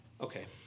Okay